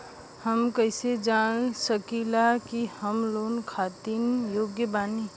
हम कईसे जान सकिला कि हम लोन खातिर योग्य बानी?